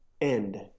end